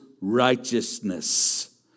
righteousness